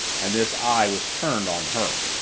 and this eye was turned on her.